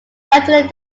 alternate